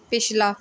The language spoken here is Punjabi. ਪਿਛਲਾ